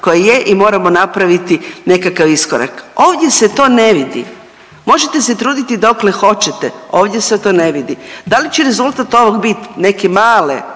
koja je i moramo napraviti nekakav iskorak. Ovdje se to ne vidi. Možete se truditi dokle hoćete. Ovdje se to ne vidi. Da li će rezultat ovoga biti neke male,